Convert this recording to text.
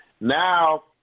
Now